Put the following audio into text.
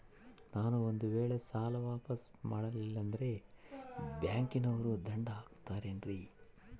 ನಾನು ಒಂದು ವೇಳೆ ಸಾಲ ವಾಪಾಸ್ಸು ಮಾಡಲಿಲ್ಲಂದ್ರೆ ಬ್ಯಾಂಕನೋರು ದಂಡ ಹಾಕತ್ತಾರೇನ್ರಿ?